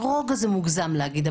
רוגע זה מוגזם להגיד.